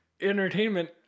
Entertainment